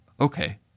Okay